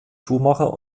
schumacher